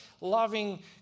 loving